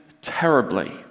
terribly